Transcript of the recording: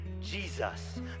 Jesus